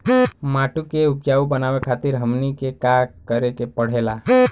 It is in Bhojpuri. माटी के उपजाऊ बनावे खातिर हमनी के का करें के पढ़ेला?